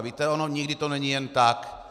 Víte, ono nikdy to není jen tak.